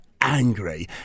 angry